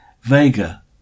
Vega